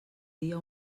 dia